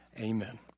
amen